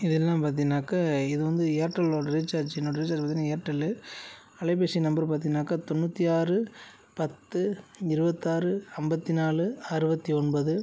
இதெல்லாம் பார்த்தின்னாக்கா இது வந்து ஏர்டெல்லோட ரீசார்ஜ் என்னோடய ரீசார்ஜ் பார்த்தின்னா ஏர்டெல்லு அலைபேசி நம்பர் பார்த்தின்னாக்கா தொண்ணூற்றி ஆறு பத்து இருபத்தாறு ஐம்பத்தி நாலு அறுபத்தி ஒன்பது